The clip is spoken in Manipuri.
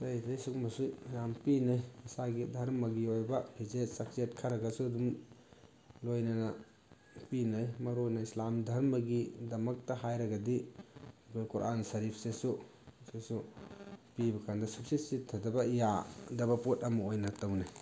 ꯑꯇꯩ ꯑꯇꯩ ꯁꯤꯒꯨꯝꯕꯁꯨ ꯌꯥꯝ ꯄꯤꯅꯩ ꯏꯁꯥꯒꯤ ꯗꯔꯃꯒꯤ ꯑꯣꯏꯕ ꯐꯤꯖꯦꯠ ꯆꯥꯛꯁꯦꯠ ꯈꯔꯒꯁꯨ ꯑꯗꯨꯝ ꯂꯣꯏꯅꯅ ꯄꯤꯅꯩ ꯃꯔꯨ ꯑꯣꯏꯅ ꯏꯁꯂꯥꯝ ꯙꯔꯃꯒꯤꯗꯃꯛꯇ ꯍꯥꯏꯔꯒꯗꯤ ꯑꯩꯈꯣꯏ ꯀꯣꯔꯥꯟ ꯁꯔꯤꯞꯁꯤꯁꯨ ꯁꯤꯁꯨ ꯄꯤꯕ ꯀꯥꯟꯗ ꯁꯨꯡꯆꯤꯠ ꯆꯤꯠꯊꯗꯕ ꯌꯥꯗꯕ ꯄꯣꯠ ꯑꯃ ꯑꯣꯏꯅ ꯇꯧꯅꯩ